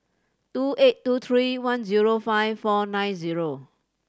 two eight two three one zero five four nine zero